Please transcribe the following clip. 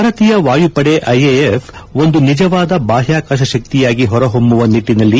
ಭಾರತೀಯ ವಾಯುಪಡೆ ಐಎಎಫ್ ಒಂದು ನಿಜವಾದ ಬಾಹ್ಯಾಕಾಶ ಶಕ್ತಿಯಾಗಿ ಹೊರಹೊಮ್ಮುವ ನಿಟ್ಟಿನಲ್ಲಿ